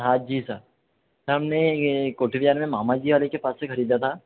हाँ जी sir sir हमने ये कोठे बिहारी में मामा जी वाले के पास से खरीदा था